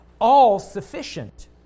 all-sufficient